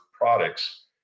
products